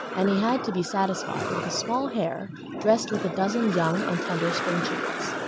and he had to be satisfied with a small hare dressed with a dozen young and tender spring chickens.